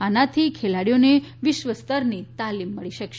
આનાથી ખેલાડીઓને વિશ્વસ્તરની તાલીમ મળી શકશે